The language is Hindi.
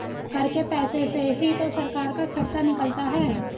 कर के पैसे से ही तो सरकार का खर्चा निकलता है